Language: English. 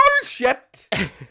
Bullshit